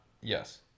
Yes